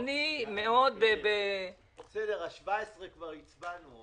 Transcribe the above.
על ה-17 כבר הצבענו.